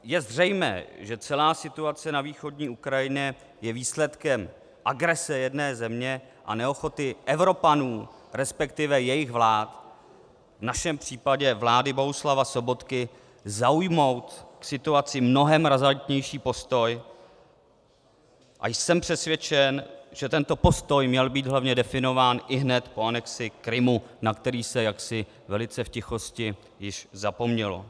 Je zřejmé, že celá situace na východní Ukrajině je výsledkem agrese jedné země a neochoty Evropanů, resp. jejich vlád, v našem případě vlády Bohuslava Sobotky, zaujmout k situaci mnohem razantnější postoj, a jsem přesvědčen, že tento postoj měl být hlavně definován ihned po anexi Krymu, na který se jaksi velice v tichosti již zapomnělo.